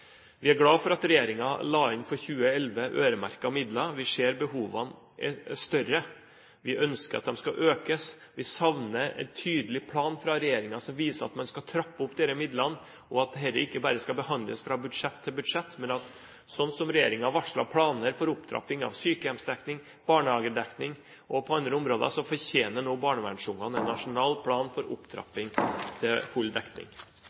Vi er glad for at regjeringen for 2011 la inn øremerkede midler. Men vi ser at behovene er større, og vi ønsker at midlene skal økes. Vi savner en tydelig plan fra regjeringen som viser at man skal trappe opp disse midlene, at dette ikke bare skal behandles fra budsjett til budsjett, men slik regjeringen varslet planer for opptrapping av sykehjemsdekning, barnehagedekning og andre områder, fortjener nå barnevernsungene en nasjonal plan for opptrapping – til full dekning.